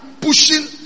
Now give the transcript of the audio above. pushing